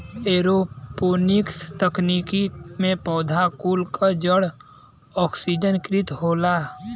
aeroponics तकनीकी में पौधा कुल क जड़ ओक्सिजनकृत होला